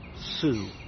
Sue